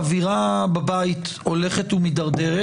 האווירה בבית הולכת ומידרדרת,